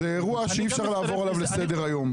זה אירוע שאי אפשר לעבור אליו לסדר הראש.